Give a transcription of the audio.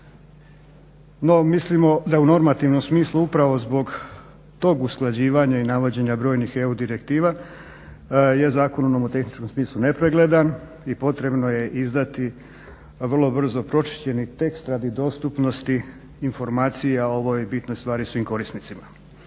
No mislimo da u normativnom smislu upravo zbog tog usklađivanja i navođenja brojnih EU direktiva je zakon u nomotehničkom smislu nepregledan i potrebno je izdati vrlo brzo pročišćeni tekst radi dostupnosti informacija o ovoj bitnoj stvari svim korisnicima.